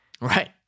Right